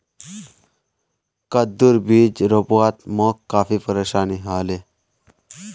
कद्दूर बीज रोपवात मोक काफी परेशानी ह ले